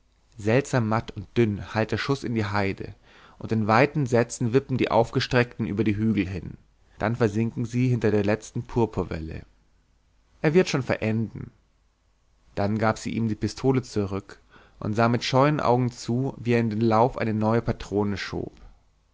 seltsam matt und dünn hallt der schuß in die heide und in weiten sätzen wippen die aufgeschreckten über die hügel hin dann versinken sie hinter der letzten purpurwelle er wird schon verenden dann gab sie ihm die pistole zurück und sah mit scheuen augen zu wie er in den lauf eine neue patrone schob